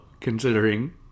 considering